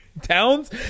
Towns